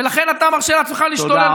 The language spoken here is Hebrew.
ולכן אתה מרשה לעצמך להשתולל.